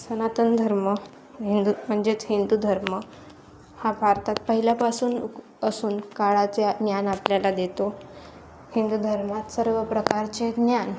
सनातन धर्म हिंदू म्हणजेच हिंदू धर्म हा भारतात पहिल्यापासून असून काळाच्या ज्ञान आपल्याला देतो हिंदू धर्मात सर्व प्रकारचे ज्ञान